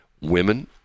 Women